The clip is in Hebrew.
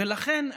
ולכן,